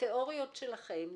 התיאוריות שלכם,